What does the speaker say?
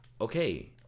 Okay